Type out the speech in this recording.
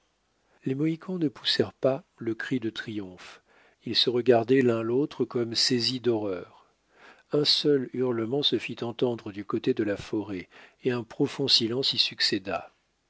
les mohicans ne poussèrent pas le cri de triomphe ils se regardaient l'un l'autre comme saisis d'horreur un seul hurlement se fit entendre du côté de la forêt et un profond silence y succéda